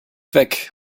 weg